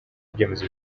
ibyemezo